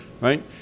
right